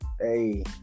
Hey